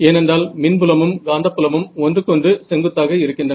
ஏனென்றால் மின்புலமும் காந்தப் புலமும் ஒன்றுக்கொன்று செங்குத்தாக இருக்கின்றன